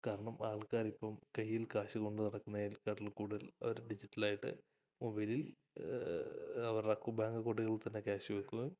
കാരണം ആൾക്കാരിപ്പോള് കയ്യിൽ കാശ് കൊണ്ടുനടക്കുന്നതിനെക്കാട്ടില് കൂടുതൽ അവര് ഡിജിറ്റലായിട്ട് മൊബൈലിൽ അവരുടെ ബാങ്ക് അക്കൗണ്ടിൽത്തന്നെ ക്യാഷ് വയ്ക്കുന്ന